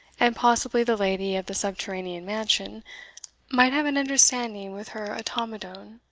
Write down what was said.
and possibly the lady of the subterranean mansion might have an understanding with her automedon,